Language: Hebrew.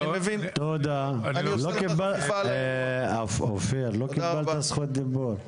לא קיבלת זכות דיבור.